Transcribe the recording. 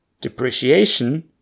depreciation